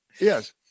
Yes